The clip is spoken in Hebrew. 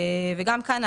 כל רבעון.